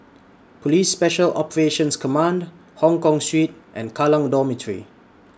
Police Special Operations Command Hongkong Street and Kallang Dormitory